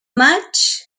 maig